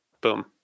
Boom